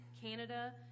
Canada